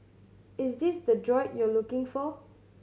is this the droid you're looking for